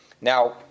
Now